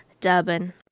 Durban